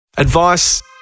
Advice